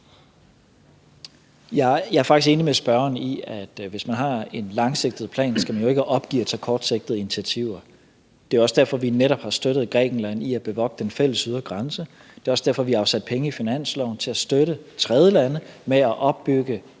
Jeg er faktisk enig med spørgeren i, at hvis man har en langsigtet plan, skal man jo ikke opgive at tage kortsigtede initiativer. Det er også derfor, vi netop har støttet Grækenland med at bevogte den fælles ydre grænse; det er også derfor, vi har afsat penge i finansloven til at støtte tredjelande med at opbygge